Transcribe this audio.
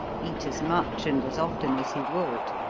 eat as much and as often as he would.